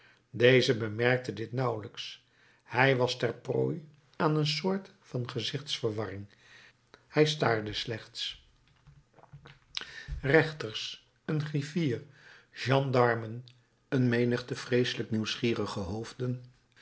deze bemerkte dit nauwelijks hij was ter prooi aan een soort van gezichtsverwarring hij staarde slechts rechters een griffier gendarmen een menigte vreeselijk nieuwsgierige hoofden